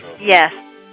Yes